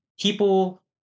people